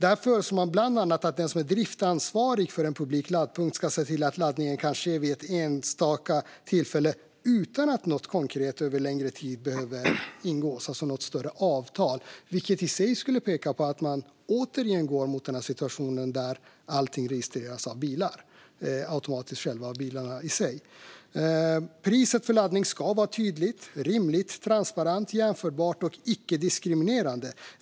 Där föreslår man bland annat att den som är driftansvarig för en publik laddpunkt ska se till att laddningen kan ske vid ett enstaka tillfälle utan att något större avtal över längre tid behöver ingås. Det i sig skulle peka på att man återigen går mot den situationen där bilarna registreras automatiskt. Priset för laddning ska vara tydligt, rimligt, transparent, jämförbart och icke-diskriminerande.